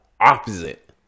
opposite